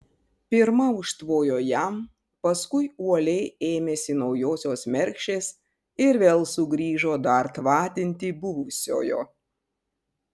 pirma užtvojo jam paskui uoliai ėmėsi naujosios mergšės ir vėl sugrįžo dar tvatinti buvusiojo